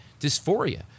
dysphoria